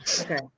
Okay